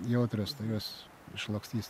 jautrios tai jos išlakstys